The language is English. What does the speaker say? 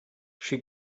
she